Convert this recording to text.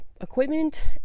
equipment